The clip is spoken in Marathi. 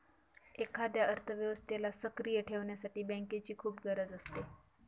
एखाद्या अर्थव्यवस्थेला सक्रिय ठेवण्यासाठी बँकेची खूप गरज असते